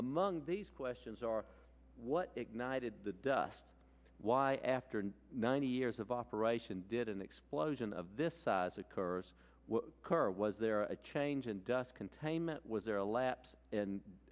among these questions are what ignited the dust why after ninety years of operation did an explosion of this size occurs car was there a change in dust containment was there a lapse